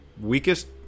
weakest